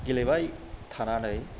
गेलेबाय थानानै